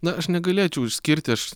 na aš negalėčiau išskirti aš